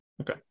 Okay